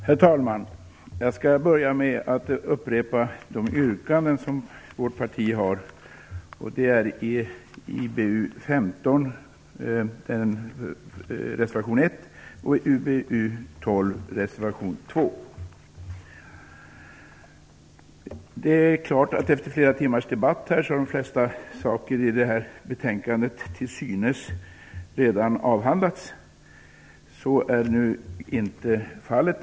Herr talman! Jag skall börja med att upprepa de yrkanden vårt parti gör: UBU15 reservation 1 och Efter flera timmars debatt kan de flesta saker i detta betänkande till synes redan ha avhandlats. Så är inte fallet.